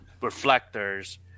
reflectors